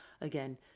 Again